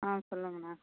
ஆ சொல்லுங்கண்ணா